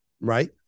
right